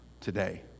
today